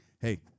hey